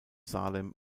salem